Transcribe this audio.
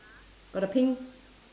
got the pink